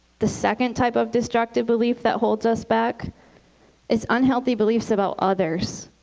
the second type of destructive belief that holds us back is unhealthy beliefs about others.